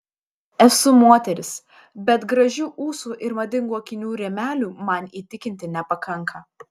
esu moteris bet gražių ūsų ir madingų akinių rėmelių man įtikinti nepakanka